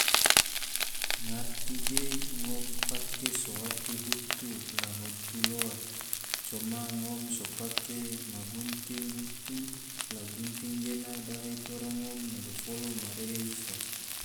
Ngatti ge ngom pake sowate hutu la hutu loa, coma ngom so pake ma gunting hutu la gunting gena dahe tora ngom na dofolo ma rehe ifa.